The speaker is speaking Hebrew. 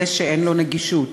זה שאין לו גישה,